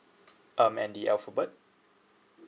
um and the alphabet